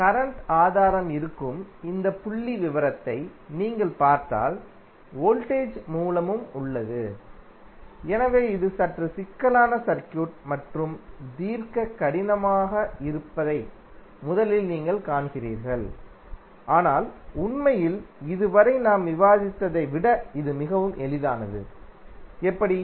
current ஆதாரம் இருக்கும் இந்த புள்ளிவிவரத்தை நீங்கள் பார்த்தால் வோல்டேஜ் மூலமும் உள்ளது எனவே இது சற்று சிக்கலான சர்க்யூட் மற்றும் தீர்க்க கடினமாக இருப்பதை முதலில் நீங்கள் காண்கிறீர்கள் ஆனால் உண்மையில் இது வரை நாம் விவாதித்ததை விட இது மிகவும் எளிதானது எப்படி